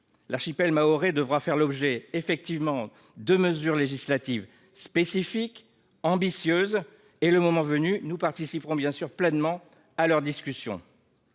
L’archipel mahorais devra en effet faire l’objet de mesures législatives spécifiques et ambitieuses. Le moment venu, nous participerons bien sûr pleinement à leur discussion.